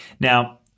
Now